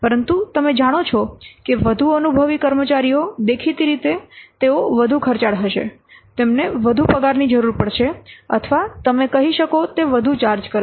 પરંતુ તમે જાણો છો કે વધુ અનુભવી કર્મચારીઓ દેખીતી રીતે તેઓ વધુ ખર્ચાળ હશે તેમને વધુ પગારની જરૂર પડશે અથવા તમે કહી શકો તે વધુ ચાર્જ કરે છે